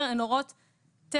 הן הוראות טכניות,